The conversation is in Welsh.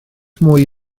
mwy